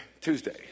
Tuesday